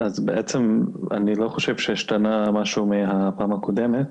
אז בעצם אני לא חושב שיש טענה, משהו מהפעם הקודמת.